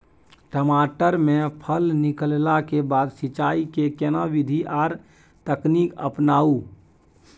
टमाटर में फल निकलला के बाद सिंचाई के केना विधी आर तकनीक अपनाऊ?